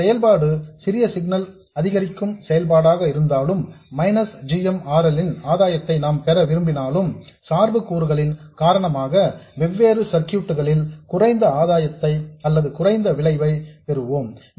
நமது செயல்பாடு சிறிய சிக்னல் அதிகரிக்கும் செயல்பாடாக இருந்தாலும் minus g m R L ன் ஆதாயத்தை நாம் பெற விரும்பினாலும் சார்பு கூறுகளின் காரணமாக வெவ்வேறு சர்க்யூட்ஸ் களில் குறைந்த ஆதாயத்தை அல்லது குறைந்த விளைவை பெறலாம்